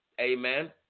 Amen